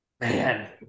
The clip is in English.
man